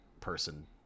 person